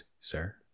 sir